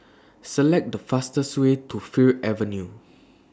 Select The fastest Way to Fir Avenue